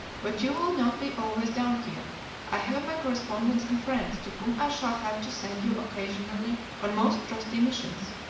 but you will not be always down here i have my correspondents and friends, to whom i shall have to send you occasionally on most trusty missions.